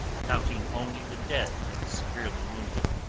counting only the dead and severely wounded.